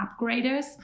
upgraders